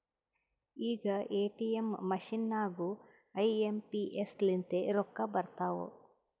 ಈಗ ATM machine ನಾಗೂ IMPS ಲಿಂತೆ ರೊಕ್ಕಾ ಬರ್ತಾವ್